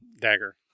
dagger